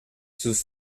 sus